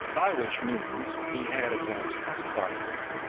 by which means he had at once pacified her,